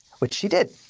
which she did.